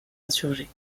insurgés